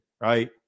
right